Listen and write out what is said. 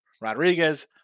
Rodriguez